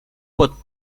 pot